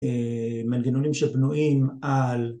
אה... מנגנונים שבנויים, על...